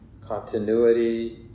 continuity